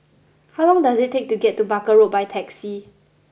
how long does it take to get to Barker Road by taxi